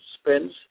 spends